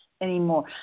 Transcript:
anymore